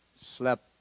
slept